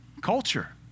culture